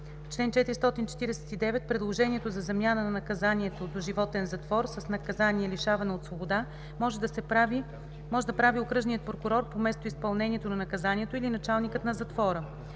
Чл. 449. Предложението за замяна на наказанието доживотен затвор с наказание лишаване от свобода може да прави окръжният прокурор по местоизпълнението на наказанието или началникът на затвора.